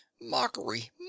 Mockery